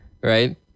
right